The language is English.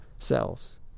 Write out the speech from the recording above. Cells